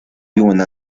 una